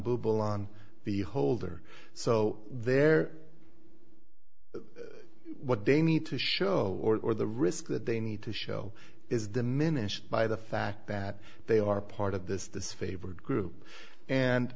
tumble on the holder so they're what they need to show or the risk that they need to show is diminished by the fact that they are part of this disfavored group and